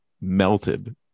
melted